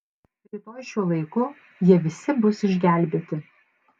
rytoj šiuo laiku jie visi bus išgelbėti